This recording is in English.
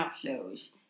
clothes